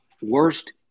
worst